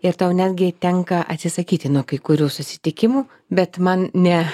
ir tau netgi tenka atsisakyti nuo kai kurių susitikimų bet man ne